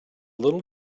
little